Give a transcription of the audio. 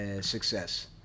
success